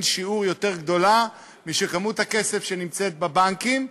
שיעור יותר גדולה מכמות הכסף שנמצאת בבנקים,